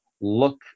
look